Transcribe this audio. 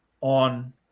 on